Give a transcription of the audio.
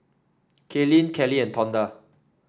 Kaylene Kelly and Tonda